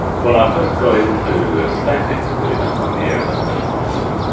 well i first got into aesthetics really, that's one of the areas i specialise in,